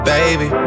Baby